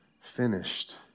finished